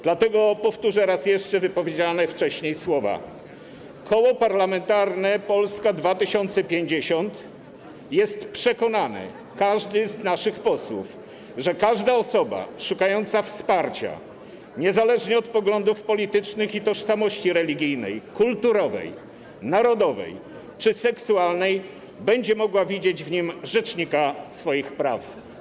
Dlatego powtórzę raz jeszcze wypowiedziane wcześniej słowa: Koło Parlamentarne Polska 2050 jest przekonane, każdy z naszych posłów, że każda osoba szukająca wsparcia niezależnie od poglądów politycznych i tożsamości religijnej, kulturowej, narodowej czy seksualnej będzie mogła widzieć w nim rzecznika swoich praw.